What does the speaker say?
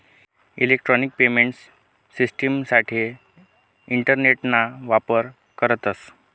electronic payment शिश्टिमसाठे इंटरनेटना वापर करतस